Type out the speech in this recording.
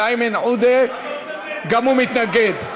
ואיימן עודה גם הוא מתנגד.